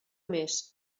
més